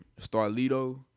Starlito